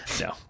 no